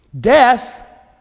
Death